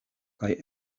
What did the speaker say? kaj